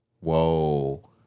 Whoa